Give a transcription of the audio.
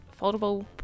foldable